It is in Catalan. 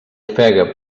ofega